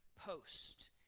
post